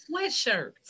sweatshirts